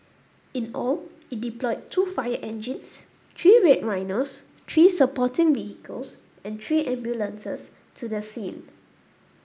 in all it deployed two fire engines three Red Rhinos three supporting vehicles and three ambulances to the scene